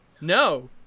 No